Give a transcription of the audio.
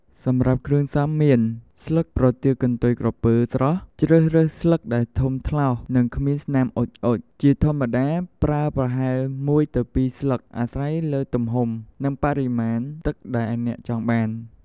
សម្រាប់គ្រឿងផ្សំមាន ស្លឹកប្រទាលកន្ទុយក្រពើស្រស់ ជ្រើសរើសស្លឹកដែលធំថ្លោស និងគ្មានស្នាមអុចៗ ជាធម្មតា ប្រើប្រហែល ១-២ ស្លឹក អាស្រ័យលើទំហំ និងបរិមាណទឹកដែលអ្នកចង់បាន។